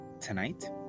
Tonight